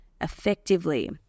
effectively